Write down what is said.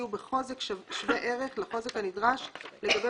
יהיו בחוזק שווה ערך לחוזק הנדרש לגבי